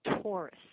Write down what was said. Taurus